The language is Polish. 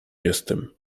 jestem